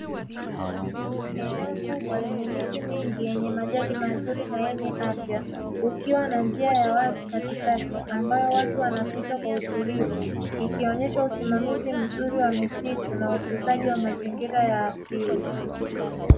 Eneo kubwa lenye miti mingi yenye majani mazuri na yenye afya ukiwa na njia ya wazi katikati ambao watu wanapita kwa utulivu, ikionyesha usimamizi mzuri wa misitu na ukuzaji wa mazingira ya asili.